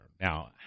Now